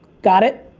got it?